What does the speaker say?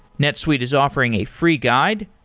netsuite is offering a free guide,